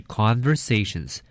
conversations